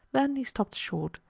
then he stopped short,